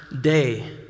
day